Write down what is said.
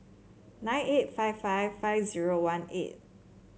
eight nine five five five zero one eight